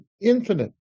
Infinite